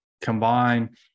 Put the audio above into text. combine